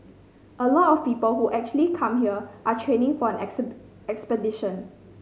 a lot of people who actually come here are training for an expedition